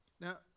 Now